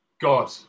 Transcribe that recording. god